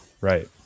Right